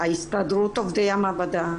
הסתדרות עובדי המעבדה,